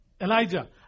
Elijah